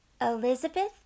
Elizabeth